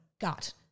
gut